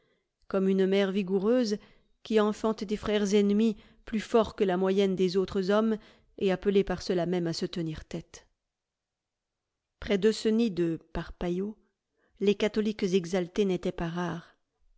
comme une mère vigoureuse qui enfante des frères ennemis plus forts que la moyenne des autres hommes et appelés par cela même à se tenir tête près de ce nid de parpaillots les catholiques exaltés n'étaient pas rares